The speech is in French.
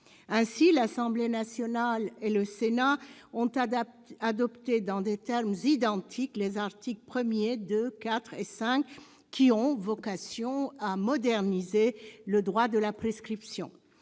Ainsi, l'Assemblée nationale et le Sénat ont adopté dans des termes identiques les articles 1, 2, 4 et 5, qui ont vocation à moderniser le droit de la prescription.